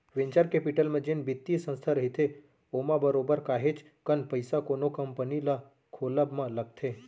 venture capital म जेन बित्तीय संस्था रहिथे ओमा बरोबर काहेच कन पइसा कोनो कंपनी ल खोलब म लगथे